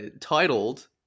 titled